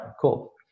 cool